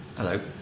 Hello